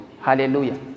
Hallelujah